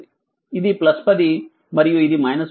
ఇది 10 మరియు ఇది 10 ఉంది